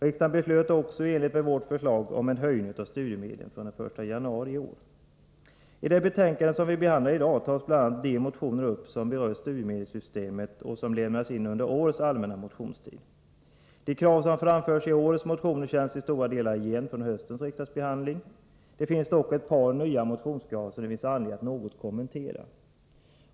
Riksdagen beslöt också i enlighet med vårt förslag om en höjning av studiemedlen från den 1 januari i år. I det betänkande som vi behandlar i dag tas bl.a. de motioner upp som berör studiemedelssystemet och som lämnats in under årets allmänna motionstid. De krav som framförs i årets motioner känns till stora delar igen från höstens riksdagsbehandling. Ett par motionskrav finns det dock anledning att något kommentera.